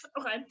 Okay